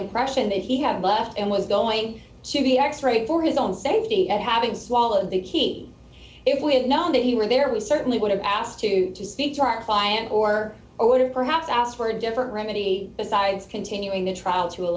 impression that he had left and was going to be x rayed for his own safety and having swallowed the key if we had known that he were there we certainly would have asked to speak to our client or order perhaps ask for a different remedy besides continuing the trial to a